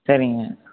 சரிங்க